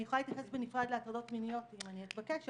אני יכולה להתייחס בנפרד להטרדות מיניות אם אני אתבקש,